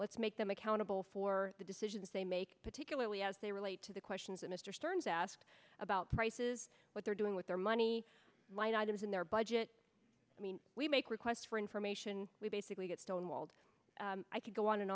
let's make them accountable for the decisions they make particularly as they relate to the questions that mr stern's asked about prices what they're doing with their money line items in their budget i mean we make requests for information we basically get stonewalled i could go on and